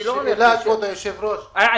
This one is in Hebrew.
אני